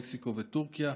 מקסיקו וטורקיה.